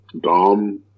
dom